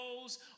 goes